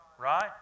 Right